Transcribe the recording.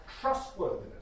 trustworthiness